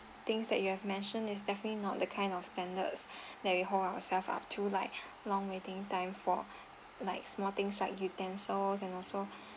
things that you have mentioned is definitely not the kind of standards that we hold ourselves up to like long waiting time for like small things like utensils and also